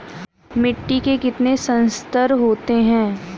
मिट्टी के कितने संस्तर होते हैं?